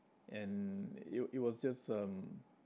and it w~ it was just um